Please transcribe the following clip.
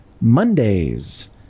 Mondays